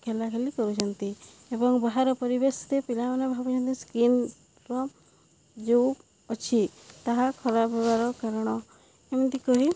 ଖେଳା ଖେଳି କରୁଛନ୍ତି ଏବଂ ବାହାର ପରିବେଶରେ ପିଲାମାନେ ଭାବୁଛନ୍ତି ସ୍କିନର ଯେଉଁ ଅଛି ତାହା ଖରାପ ହବାର କାରଣ ଏମିତି କହି